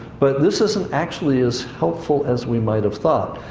but this isn't actually as helpful as we might have thought.